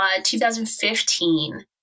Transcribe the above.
2015